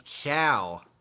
cow